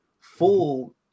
full